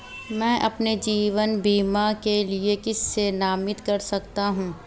मैं अपने जीवन बीमा के लिए किसे नामित कर सकता हूं?